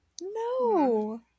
No